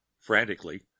Frantically